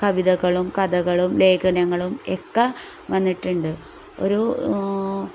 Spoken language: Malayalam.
കവിതകളും കഥകളും ലേഖനങ്ങളും ഒക്കെ വന്നിട്ടുണ്ട് ഒരു